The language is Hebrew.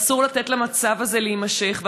אסור לתת למצב הזה להימשך,